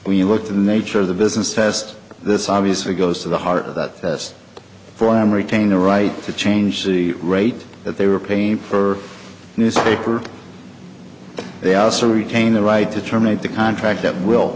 we look the nature of the business test this obviously goes to the heart of the test for am retain the right to change the rate that they were paying for newspaper they also retain the right to terminate the contract at will